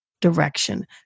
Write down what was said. direction